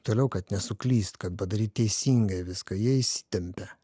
toliau kad nesuklyst kad padaryt teisingai viską jie įsitempia